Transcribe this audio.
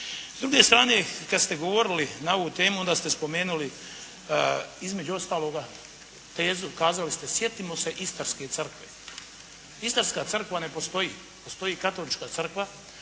S druge strane kada ste govorili na ovu temu onda ste spomenuli između ostaloga tezu, kazali ste sjetimo se istarske crkve. Istarska crkva ne postoji, postoji Katolička crkva,